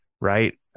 Right